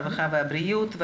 הרווחה והבריאות.